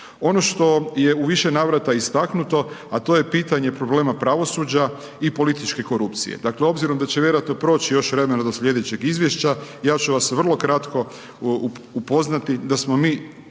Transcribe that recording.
Ono što je u više navrata istaknuto, a to je pitanje problema pravosuđa i političke korupcije, dakle obzirom da će vjerojatno proći još vremena do slijedećeg izvješća, ja ću vas vrlo kratko upoznati da smo mi,